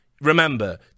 remember